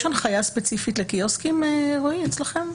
יש הנחייה ספציפית לקיוסקים, רועי, אצלכם?